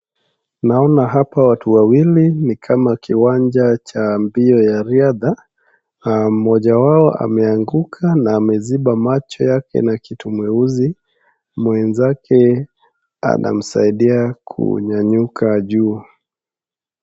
Naona hapa watu wawili ni kama kiwanja cha mbio ya riadha mmoja wao ameanguka na ameziba macho yake na kitu mweusi, mwenzake anamsaidia kunyanyuka juu.